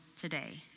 today